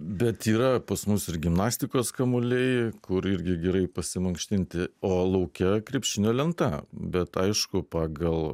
bet yra pas mus ir gimnastikos kamuoliai kur irgi gerai pasimankštinti o lauke krepšinio lenta bet aišku pagal